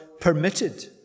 permitted